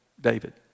David